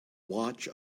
watch